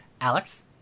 alex